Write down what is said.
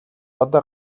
одоо